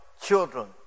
children